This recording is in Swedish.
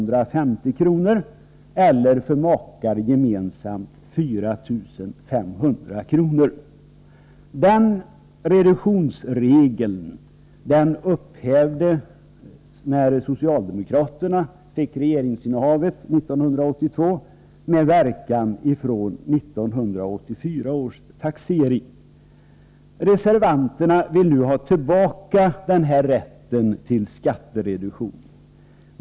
Denna reduktionsregel upphävdes när socialdemokraterna fick regeringsinnehavet 1982, med verkan från 1984 års taxering. Reservanterna vill nu ha tillbaka denna rätt till skattereduktion.